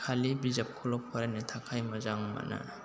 खालि बिजाबखौल' फरायनायनो थाखाय मोजां मोनो